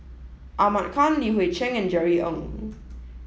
Ahmad Khan Li Hui Cheng and Jerry Ng